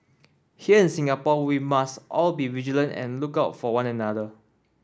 here in Singapore we must all be vigilant and look out for one another